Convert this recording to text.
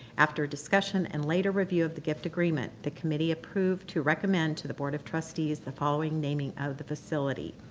after discussion and later review of the gift agreement, the committee approved to recommend to the board of trustees the following naming of the facility.